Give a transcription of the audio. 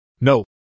No